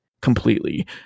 completely